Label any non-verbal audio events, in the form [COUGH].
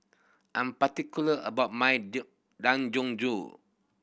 I am particular about my [UNINTELLIGIBLE] Dangojiru